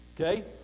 Okay